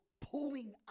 pulling